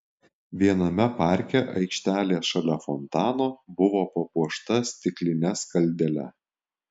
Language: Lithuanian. viename parke aikštelė šalia fontano buvo papuošta stikline skaldele